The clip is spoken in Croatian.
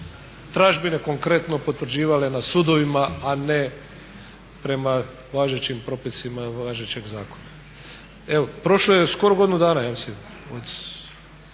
tražbine konkretno potvrđivale na sudovima a ne prema važećim propisima važećeg zakona. Evo prošlo je skoro godinu dana ja mislim